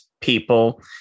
people